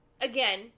again